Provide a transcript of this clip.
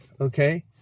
okay